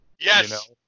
Yes